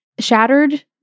shattered